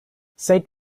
saint